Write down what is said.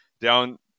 down